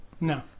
No